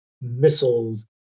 missiles